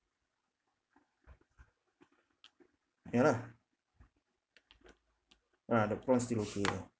ya lah ah the prawns still okay